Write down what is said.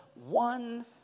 one